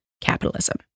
capitalism